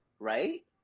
Right